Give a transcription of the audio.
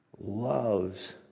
loves